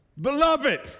Beloved